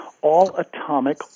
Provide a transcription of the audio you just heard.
all-atomic